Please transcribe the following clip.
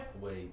Wait